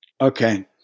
Okay